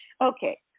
Okay